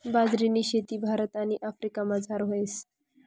बाजरीनी शेती भारत आणि आफ्रिकामझार व्हस